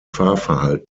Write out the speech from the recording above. fahrverhalten